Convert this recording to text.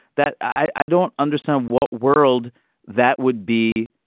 that i don't understand what world that would be.